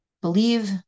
believe